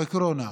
בקורונה.